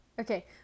Okay